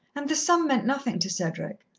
and the sum meant nothing to cedric.